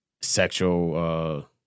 sexual